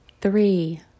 Three